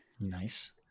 Nice